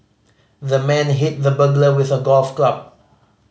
the man hit the burglar with a golf club